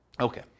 Okay